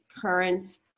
current